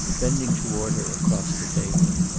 bending toward her across the table.